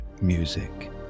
music